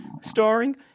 starring